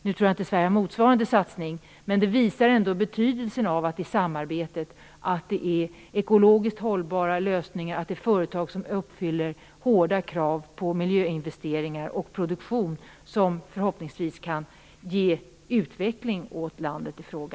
Nu tror jag inte att Sverige gör motsvarande satsningar, men exemplet visar ändå på betydelsen av att samarbetet inrymmer ekologiskt hållbara lösningar. Det är företag som uppfyller hårda krav på miljöinvesteringar och produktion som kan ge utveckling åt länderna i fråga.